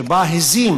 שבהן הזם